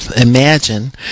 Imagine